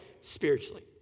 Spiritually